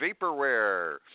Vaporware